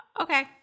okay